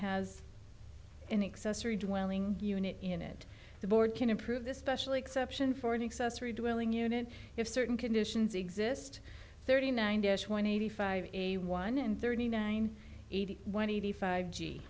has an accessory dwelling unit in it the board can improve the special exception for an accessory duelling unit if certain conditions exist thirty nine dash one eighty five eighty one and thirty nine eighty one eighty five g